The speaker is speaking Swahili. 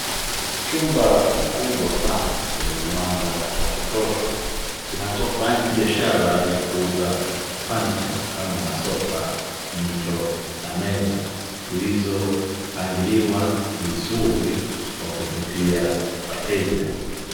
Chumba kikubwa sana chenye mwanga wa kutosha, kinachofanya biashara ya kuuza fanicha, kama masofa, mito na meza, zilizopangiliwa vizuri kwa kuvutia wateja.